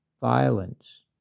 violence